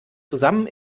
zusammen